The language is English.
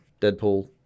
Deadpool